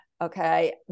okay